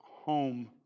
home